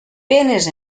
penes